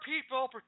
people